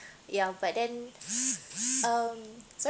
ya but then um